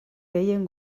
gehien